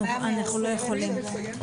אנחנו חייבים לסיים.